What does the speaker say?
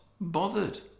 bothered